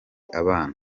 abana